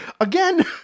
Again